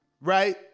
right